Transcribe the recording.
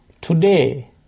today